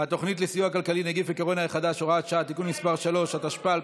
את חבר הכנסת אוסאמה סעדי כתומך ואת חבר הכנסת שלמה קרעי